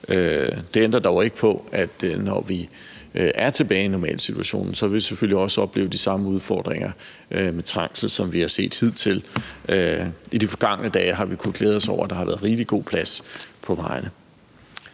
Det ændrer dog ikke på, at når vi er tilbage i en normal situation, så vil vi selvfølgelig også opleve de samme udfordringer med trængsel, som vi har set hidtil. I de forgangne dage har vi kunnet glæde os over, at der har været rigelig god plads på vejene,